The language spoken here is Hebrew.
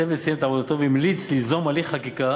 הצוות סיים את עבודתו והמליץ ליזום הליך חקיקה